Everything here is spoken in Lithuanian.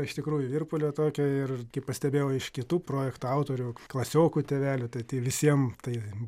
iš tikrųjų virpulio tokio ir kaip pastebėjau iš kitų projekto autorių klasiokų tėvelių tai tai visiem tai